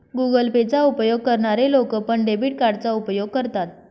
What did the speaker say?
Google Pay चा उपयोग करणारे लोक पण, डेबिट कार्डचा उपयोग करतात